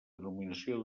denominació